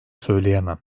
söyleyemem